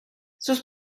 sus